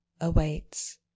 awaits